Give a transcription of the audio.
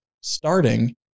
starting